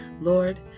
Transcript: Lord